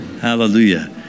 Hallelujah